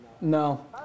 No